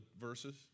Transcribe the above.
verses